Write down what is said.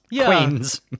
queens